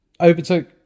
Overtook